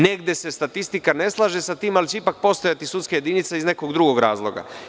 Negde se statistika ne slaže sa tim, ali će ipak postojati sudska jedinica iz nekog drugog razloga.